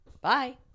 bye